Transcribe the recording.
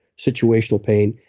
situational pain.